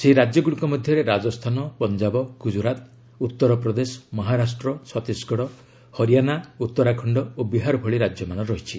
ସେହି ରାଜ୍ୟଗୁଡ଼ିକ ମଧ୍ୟରେ ରାଜସ୍ଥାନ ପଞ୍ଜାବ ଗୁଜରାତ ଉତ୍ତର ପ୍ରଦେଶ ମହାରାଷ୍ଟ୍ର ଛତିଶଗଡ଼ ହରିଆଣା ଉତ୍ତରାଖଣ୍ଡ ଓ ବିହାର ଭଳି ରାଜ୍ୟମାନ ରହିଛି